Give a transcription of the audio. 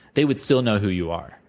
they would still know who you are.